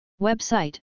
Website